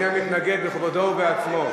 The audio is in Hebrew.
המתנגד בכבודו ובעצמו.